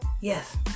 Yes